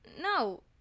no